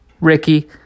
Ricky